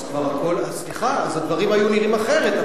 אז, סליחה, אז הדברים היו נראים אחרת.